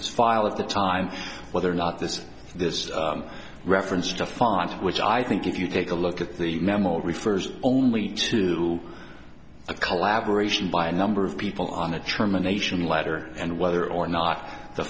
his file at the time whether or not this is this reference to font which i think if you take a look at the memo refers only to a collaboration by a number of people on a trauma nation letter and whether or not the